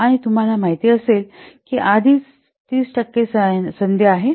आणि तुम्हाला माहिती आहे की आधीच संधी 30 टक्के आहे